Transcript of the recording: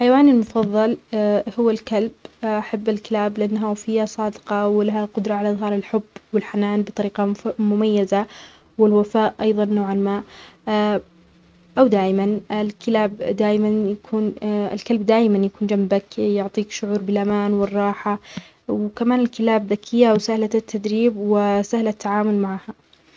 حيواني المفضل هو الكلب. أحب الكلاب لأنه وفيه صادقة ولها قدرة على اظهار الحب والحنان بطريقة مف-مميزة. والوفاء أيضاً نوعاً ما أو دايماً. الكلاب دايماً يكون -الكلب دايماً يكون جنبك يعطيك شعور بالأمان والراحة. وكمان الكلاب ذكية وسهلة التدريب وسهلة التعامل معاها.